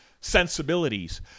sensibilities